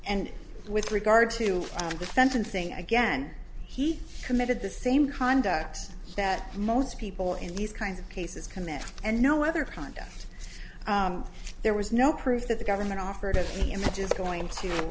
and with regard to the sentencing again he committed the same conduct that most people in these kinds of cases commit and no other contest there was no proof that the government offered any images going to